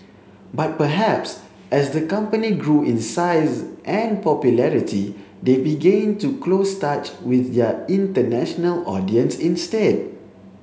but perhaps as the company grew in size and popularity they began to close touch with their international audience instead